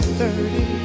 thirty